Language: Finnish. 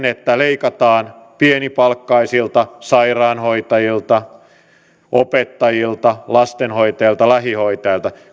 että leikataan pienipalkkaisilta sairaanhoitajilta opettajilta lastenhoitajilta ja lähihoitajilta